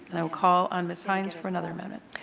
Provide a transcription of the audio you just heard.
and i will call on ms. hynes for another amendment.